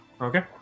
Okay